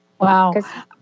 Wow